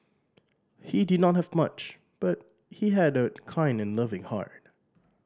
he did not have much but he had a kind and loving heart